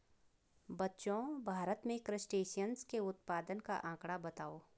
बच्चों भारत में क्रस्टेशियंस के उत्पादन का आंकड़ा बताओ?